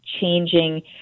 changing